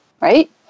right